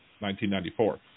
1994